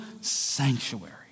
sanctuary